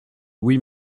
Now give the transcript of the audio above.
huit